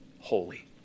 holy